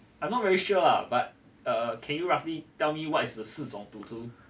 I'm not very sure lah but err can you roughly tell me what is the 四种赌徒